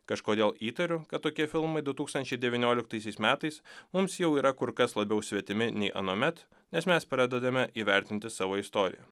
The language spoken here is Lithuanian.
kažkodėl įtariu kad tokie filmai du tūkstančiai devynioliktaisiais metais mums jau yra kur kas labiau svetimi nei anuomet nes mes pradedame įvertinti savo istoriją